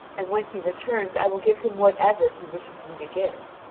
and when he returns i will give him whatever he wishes me to give.